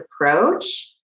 approach